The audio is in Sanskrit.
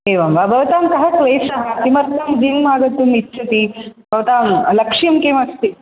एवं वा भवतां कः क्लेशः किमर्थं जिम् आगन्तुम् इच्छति भवतां लक्ष्यं किमस्ति